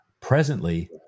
Presently